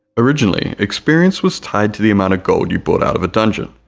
originally experience was tied to the amount of gold you bought out of a dungeon,